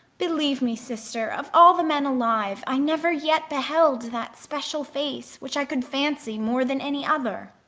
believe me, sister, of all the men alive i never yet beheld that special face which i could fancy more than any other.